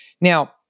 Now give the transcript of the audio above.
Now